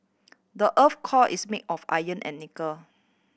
the earth's core is made of iron and nickel